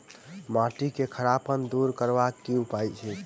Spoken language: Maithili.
माटि केँ खड़ापन दूर करबाक की उपाय थिक?